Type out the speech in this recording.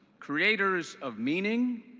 creators of meaning,